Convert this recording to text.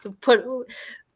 Put